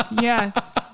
yes